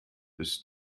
ist